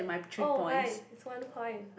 oh my is one point